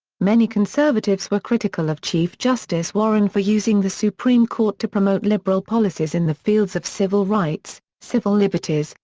many conservatives were critical of chief justice warren for using the supreme court to promote liberal policies in the fields of civil rights, civil liberties,